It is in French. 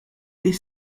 des